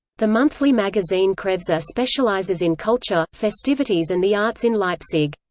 the monthly magazine kreuzer specializes in culture, festivities and the arts in leipzig.